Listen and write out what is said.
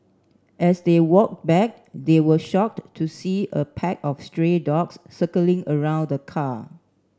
as they walked back they were shocked to see a pack of stray dogs circling around the car